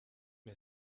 mir